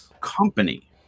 company